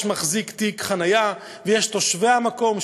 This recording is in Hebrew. יש מחזיק תיק חניה ויש תושבי המקום,